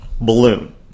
Balloon